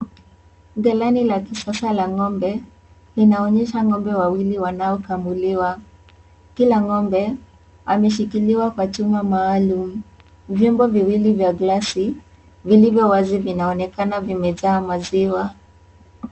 Ghalani la kisasa la ngombe, linaonyesha ngombe wawili wanaokamuliwa. Kila ngombe ameshikiliwa kwa chuma maalum. Vyombo viwili vya glasi vlivyo wazi vinaonekana maziwa.